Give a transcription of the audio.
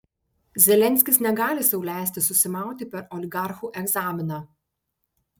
zelenskis negali sau leisti susimauti per oligarchų egzaminą